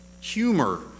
humor